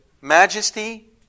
majesty